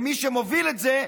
ומי שמוביל את זה,